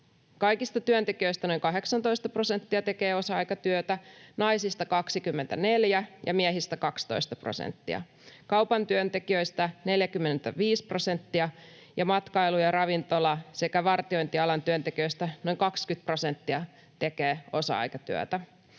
Kaikista työntekijöistä noin 18 prosenttia tekee osa-aikatyötä, naisista 24 ja miehistä 12 prosenttia. Kaupan työntekijöistä 45 prosenttia ja matkailu- ja ravintola- sekä vartiointialan työntekijöistä noin 20 prosenttia tekee osa-aikatyötä.